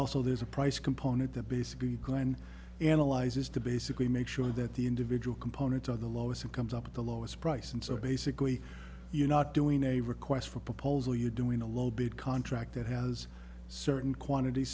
also there's a price component that basically analyzes to basically make sure that the individual components are the lowest it comes up at the lowest price and so basically you're not doing a request for proposal you're doing a low bid contract that has certain quantity